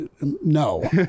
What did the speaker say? No